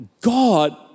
God